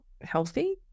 healthy